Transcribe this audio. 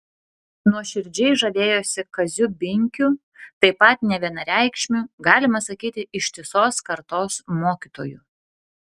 nuoširdžiai žavėjosi kaziu binkiu taip pat nevienareikšmiu galima sakyti ištisos kartos mokytoju